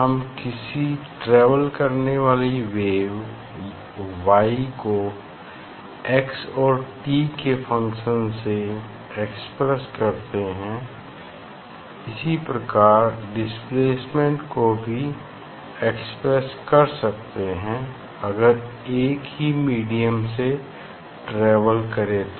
हम किसी ट्रेवल करने वाली वेव Y को x और t के फंक्शन से एक्सप्रेस करते हैं इसी प्रकार डिस्प्लेसमेंट को भी एक्सप्रेस कर सकते हैं अगर एक ही मीडियम से ट्रेवल करे तो